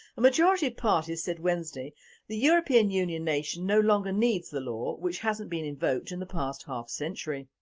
a majority of parties said wednesday the european union nation no longer needs the law, which hasnit been invoked in the past half-century.